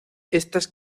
estas